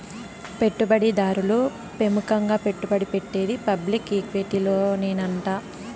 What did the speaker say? పెట్టుబడి దారులు పెముకంగా పెట్టుబడి పెట్టేది పబ్లిక్ ఈక్విటీలోనేనంట